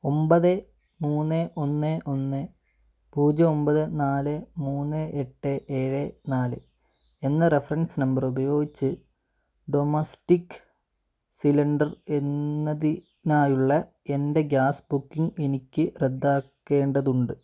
ഒമ്പത് മൂന്ന് ഒന്ന് ഒന്ന് പൂജ്യം ഒമ്പത് നാല് മൂന്ന് എട്ട് ഏഴ് നാല് എന്ന റഫറൻസ് നമ്പർ ഉപയോഗിച്ചു ഡൊമസ്റ്റിക് സിലിണ്ടർ എന്നതിനായുള്ള എൻ്റെ ഗ്യാസ് ബുക്കിംഗ് എനിക്ക് റദ്ദാക്കേണ്ടതുണ്ട്